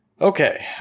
Okay